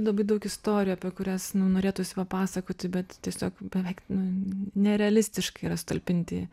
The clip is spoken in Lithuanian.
labai daug istorijų apie kurias nu norėtųsi papasakoti bet tiesiog beveik nu nerealistiška yra sutalpinti